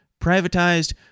Privatized